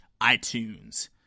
iTunes